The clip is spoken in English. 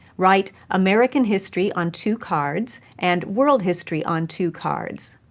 write american history on two cards and world history on two cards.